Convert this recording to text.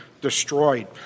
destroyed